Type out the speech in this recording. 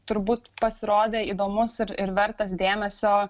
turbūt pasirodė įdomus ir ir vertas dėmesio